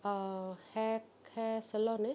err hair hair salon eh